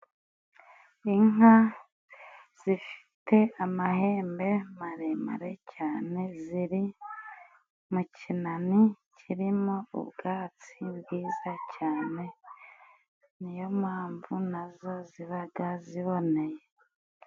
Inka zifite amahembe maremare cyane, ziri mu kinani kiri mo ubwatsi bwiza cyane, ni yo mpamvu na zo zibaga ziboneye.